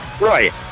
Right